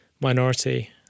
minority